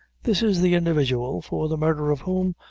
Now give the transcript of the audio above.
this is the individual for the murder of whom,